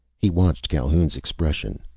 he watched calhoun's expression.